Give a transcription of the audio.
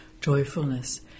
joyfulness